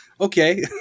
Okay